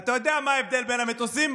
אתה יודע מה ההבדל בין המטוסים?